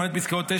למעט פסקאות (9)